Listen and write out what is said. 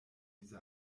diese